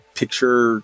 picture